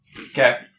Okay